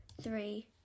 three